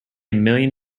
million